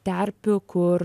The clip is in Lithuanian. terpių kur